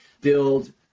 build